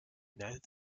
united